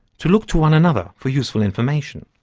to look to one another for useful information.